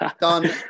Done